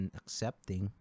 accepting